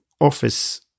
office